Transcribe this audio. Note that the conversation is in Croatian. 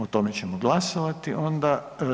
O tome ćemo glasovati onda.